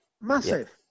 Massive